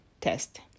test